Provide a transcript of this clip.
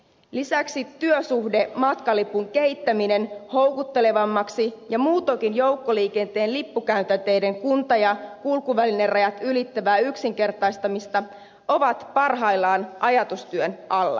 lisäksi työsuhdematkalipun kehittäminen houkuttelevammaksi ja muutenkin joukkoliikenteen lippukäytänteiden kunta ja kulkuvälinerajat ylittävä yksinkertaistaminen ovat parhaillaan ajatustyön alla